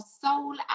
soul